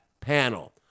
panel